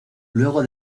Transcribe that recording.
luego